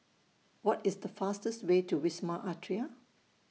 What IS The fastest Way to Wisma Atria